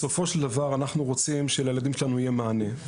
בסופו של דבר אנחנו רוצים שלילדים שלנו יהיה מענה.